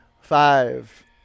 five